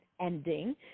ending